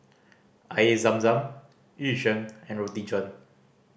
Air Zam Zam Yu Sheng and Roti John